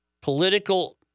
political